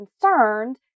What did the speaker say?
concerned